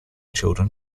children